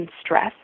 stress